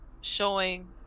showing